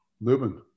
Lubin